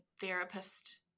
therapist